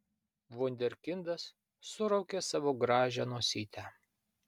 vunderkindas suraukė savo gražią nosytę